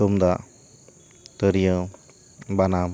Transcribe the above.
ᱛᱩᱢᱫᱟᱜ ᱛᱤᱨᱭᱟᱹ ᱵᱟᱱᱟᱢ